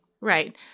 Right